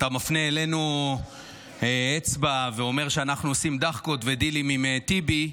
אתה מפנה אלינו אצבע ואומר שאנחנו עושים דחקות ודילים עם טיבי.